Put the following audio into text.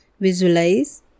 Visualize